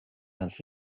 kannst